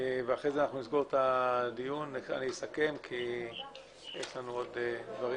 לאחר מכן אני אסכם וננעל את הדיון.